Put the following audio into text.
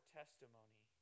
testimony